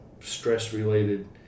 stress-related